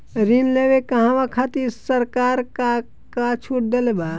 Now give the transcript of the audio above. ऋण लेवे कहवा खातिर सरकार का का छूट देले बा?